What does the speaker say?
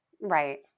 Right